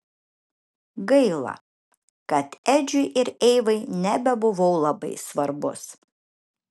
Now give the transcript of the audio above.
gaila kad edžiui ir eivai nebebuvau labai svarbus